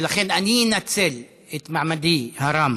ולכן אני אנצל את מעמדי הרם,